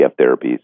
therapies